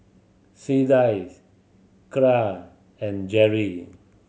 Clydie Kyra and Jerry